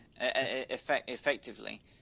Effectively